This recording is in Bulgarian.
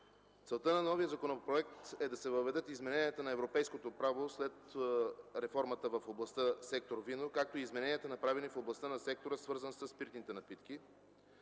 целта на новия законопроект е да се въведат измененията на европейското право след реформата в областта на сектор „Вино”, както и измененията, направени в областта на сектора, свързан със спиртните напитки.